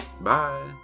Bye